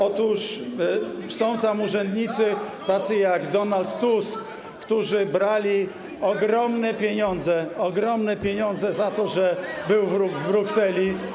Otóż są tam urzędnicy tacy jak Donald Tusk, którzy brali ogromne pieniądze - ogromne pieniądze - za to, że był wróg w Brukseli.